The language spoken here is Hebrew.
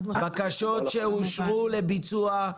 הבקשות שאושרו לביצוע,